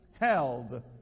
Held